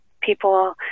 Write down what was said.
people